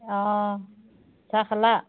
অঁ চাহ খালা